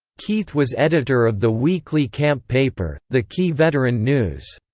keith was editor of the weekly camp paper, the key veteran news.